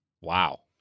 Wow